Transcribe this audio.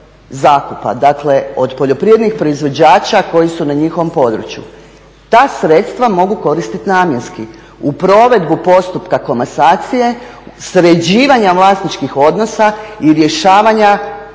zakupa, dakle od poljoprivrednih proizvođača koji su na njihovom području. Ta sredstva mogu koristiti namjenski, u provedbu postupka komasacije, sređivanja vlasničkih odnosa i rješavanja